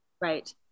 Right